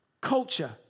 culture